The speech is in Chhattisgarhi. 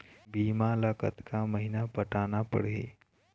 बीमा ला कतका महीना पटाना पड़ही?